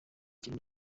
kintu